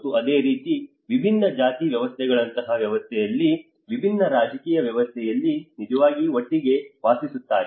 ಮತ್ತು ಅದೇ ರೀತಿ ವಿಭಿನ್ನ ಜಾತಿ ವ್ಯವಸ್ಥೆಗಳಂತಹ ವ್ಯವಸ್ಥೆಯಲ್ಲಿ ವಿಭಿನ್ನ ರಾಜಕೀಯ ವ್ಯವಸ್ಥೆಯಲ್ಲಿ ನಿಜವಾಗಿ ಒಟ್ಟಿಗೆ ವಾಸಿಸುತ್ತಾರೆ